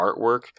artwork